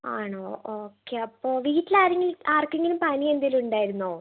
ആണോ ഓക്കേ അപ്പോൾ വീട്ടിലാരെങ്കിലും ആർക്കെങ്കിലും പനി എന്തെങ്കിലും ഉണ്ടായിരുന്നോ